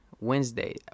Wednesday